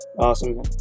Awesome